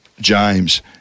James